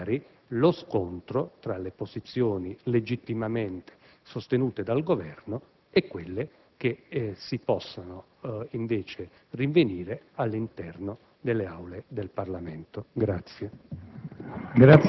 e magari lo scontro, tra le posizioni legittimamente sostenute dal Governo e quelle che possono invece maturare all'interno delle Aule del Parlamento.